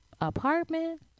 apartment